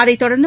அதைத்தொடா்ந்து